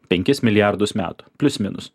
penkis milijardus metų plius minus